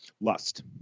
lust